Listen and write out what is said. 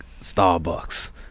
Starbucks